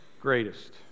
Greatest